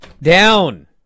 Down